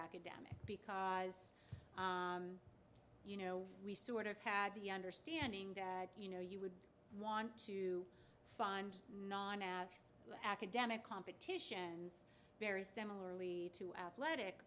academic because you know we sort of had the understanding that you know you want to find non at academic competitions very similarly to athletic